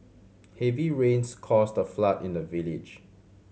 heavy rains caused a flood in the village